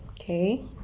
okay